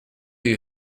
you